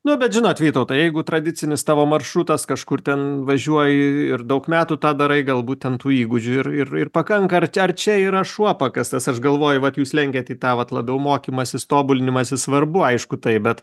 nu bet žinot vytautai jeigu tradicinis tavo maršrutas kažkur ten važiuoji ir daug metų tą darai galbūt ten tų įgūdžių ir ir ir pakanka ar ar čia yra šuo pakastas aš galvoju vat jūs lenkiat į tą vat labiau mokymąsis tobulinimąsi svarbu aišku taip bet